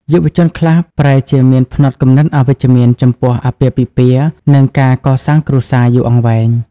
យុវជនខ្លះប្រែជាមានផ្នត់គំនិតអវិជ្ជមានចំពោះអាពាហ៍ពិពាហ៍ និងការកសាងគ្រួសារយូរអង្វែង។